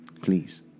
please